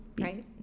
Right